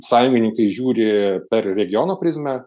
sąjungininkai žiūri per regiono prizmę